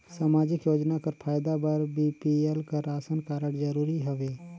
समाजिक योजना कर फायदा बर बी.पी.एल कर राशन कारड जरूरी हवे?